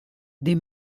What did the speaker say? des